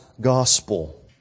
Gospel